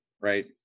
right